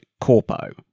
Corpo